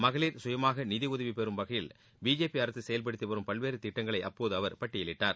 மகளிர் கயமாக நிதியுதவி பெறும் வகையில் பிஜேபி அரசு செயல்படுத்தி வரும் பல்வேறு திட்டங்களை அவர் அப்போது பட்டியலிட்டார்